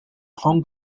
hong